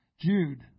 Jude